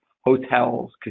hotels